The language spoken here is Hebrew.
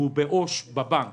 והוא בעו"ש בבנק